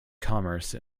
commerce